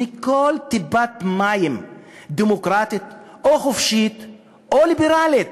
מכל טיפת מים דמוקרטית, חופשית או ליברלית.